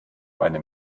eine